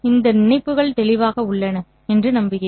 இந்த இணைப்புகள் தெளிவாக உள்ளன என்று நம்புகிறேன்